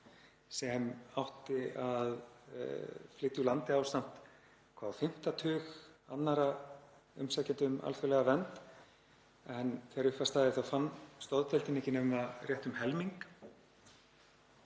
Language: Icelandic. sem átti að flytja úr landi ásamt á fimmta tug annarra umsækjenda um alþjóðlega vernd en þegar upp var staðið þá fann stoðdeildin ekki nema rétt um helming.